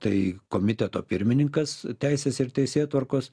tai komiteto pirmininkas teisės ir teisėtvarkos